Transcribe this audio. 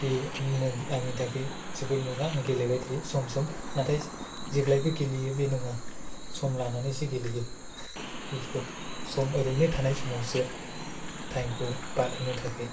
बे मोन आंनि थाखाय जोबोद मोजां गेलेबाय थायो सम सम नाथाय जेब्लायबो गेलेयो बे नङा सम लानानैसो गेलेयो बेफोरखौ सम ओरैनो थानाय समावसो टाइमखौ बादहोनो थाखाय